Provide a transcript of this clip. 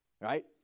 right